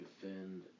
defend